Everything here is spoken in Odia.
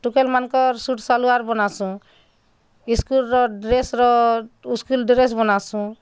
ଟୁକେଲ୍ମାନଙ୍କର ସୁଟ୍ ସାଲୱାର୍ ବନାସୁଁ ସ୍କୁଲ୍ର ଡ୍ରେସ୍ର ସ୍କୁଲ୍ ଡ୍ରେସ୍ ବନାସୁଁ